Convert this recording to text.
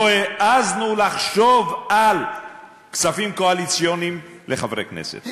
לא העזנו לחשוב על כספים קואליציוניים לחברי כנסת.